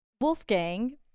Wolfgang